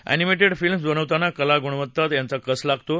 अस्मिटेड films बनवताना कला गुणवत्ता यांचा कस लागतो